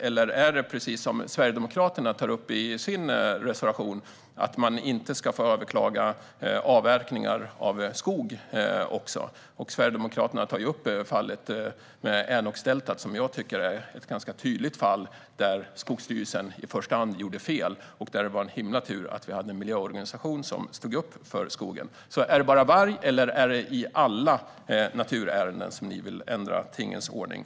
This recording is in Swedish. Eller är det precis som Sverigedemokraterna tar upp i sin reservation: att man inte ska få överklaga avverkningar av skog? Sverigedemokraterna tar upp fallet med Änokdeltat, som jag tycker är ganska tydligt. Skogsstyrelsen gjorde i första hand fel. Det var en himla tur att vi hade en miljöorganisation som stod upp för skogen. Är det bara när det gäller varg, eller är det i alla naturärenden som ni vill ändra tingens ordning?